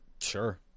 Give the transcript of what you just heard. Sure